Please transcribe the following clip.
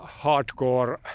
hardcore